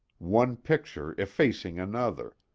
one picture effacing another,